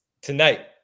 tonight